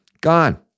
gone